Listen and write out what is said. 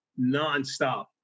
nonstop